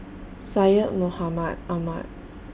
Syed Mohamed Ahmed